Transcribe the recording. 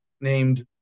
named